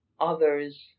others